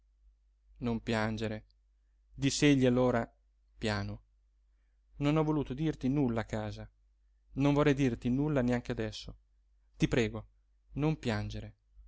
non piangere diss'egli allora piano non ho voluto dirti nulla a casa non vorrei dirti nulla neanche adesso ti prego non piangere